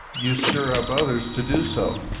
you stir up others to do so.